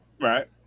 Right